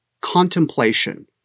contemplation